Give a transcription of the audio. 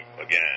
again